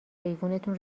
ایوونتون